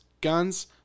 guns